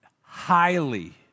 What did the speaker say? highly